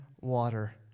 water